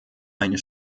eine